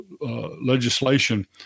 legislation